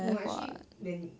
no actually when